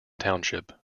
township